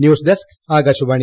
ന്യൂസ്ഡെസ് Akashvani